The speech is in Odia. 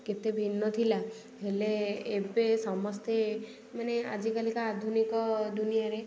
କେତେ ଭିନ୍ନ ଥିଲା ହେଲେ ଏବେ ସମସ୍ତେ ମାନେ ଆଜିକାଲିକା ଆଧୁନିକ ଦୁନିଆରେ